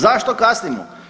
Zašto kasnimo?